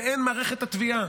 והן מערכת התביעה